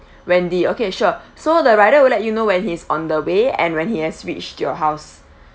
wendy okay sure so the rider will let you know when he's on the way and when he has reached your house